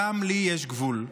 גם לי יש גבול.